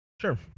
Sure